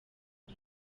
twe